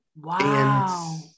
Wow